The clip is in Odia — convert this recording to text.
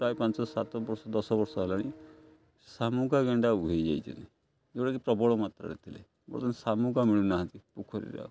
ପ୍ରାୟ ପାଞ୍ଚ ସାତ ବର୍ଷ ଦଶ ବର୍ଷ ହେଲାଣି ସାମୁକା ଗେଣ୍ଡା ଉଭେଇ ଯାଇଛନ୍ତି ଯେଉଁଟାକି ପ୍ରବଳ ମାତ୍ରାରେ ଥିଲେ ବର୍ତ୍ତମାନ ସାମୁକା ମିଳୁନାହାନ୍ତି ପୋଖରୀରେ ଆଉ